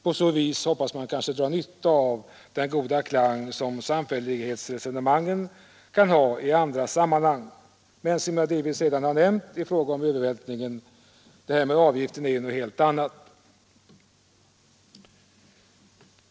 På så vis hoppas man kanske dra nytta av den goda klang sam fällighetsresonemangen kan ha i andra sammanhang. Men — som jag delvis redan har nämnt i fråga om övervältringen — det här med avgifter är något helt annat.